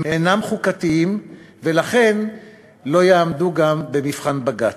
אינם חוקתיים, ולכן לא יעמדו גם במבחן בג"ץ.